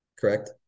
Correct